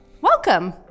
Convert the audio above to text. Welcome